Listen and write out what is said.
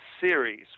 series